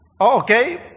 Okay